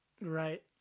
right